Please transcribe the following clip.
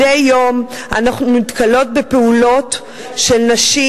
מדי יום אנחנו נתקלות בפעולות של נשים